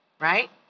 right